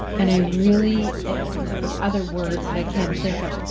and i really and there was other words that i can't think of.